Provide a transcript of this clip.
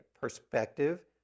perspective